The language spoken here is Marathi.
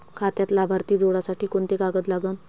खात्यात लाभार्थी जोडासाठी कोंते कागद लागन?